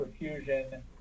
perfusion